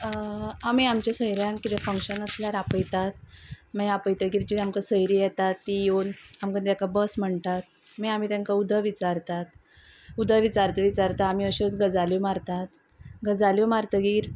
आमी आमच्या सयऱ्यांक कितें फंक्शन आसल्यार आपयतात मागीर आपयतकच जी आमकां सोयरी येतात ती येवन आमकां ताका बस म्हणटात मागीर आमी तांकां उदक विचारतात उदक विचारता विचारता आमी अश्योच गजाल्यो मारतात गजाल्यो मारतकच